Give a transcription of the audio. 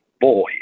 boy